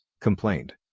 complained